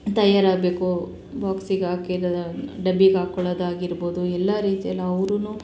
ತಯಾರಿ ಆಗ್ಬೇಕು ಬಾಕ್ಸಿಗೆ ಹಾಕಿ ಡಬ್ಬಿಗೆ ಹಾಕ್ಕೊಳೋದು ಆಗಿರ್ಬೋದು ಎಲ್ಲ ರೀತಿಯಲ್ಲಿ ಅವ್ರೂ